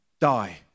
die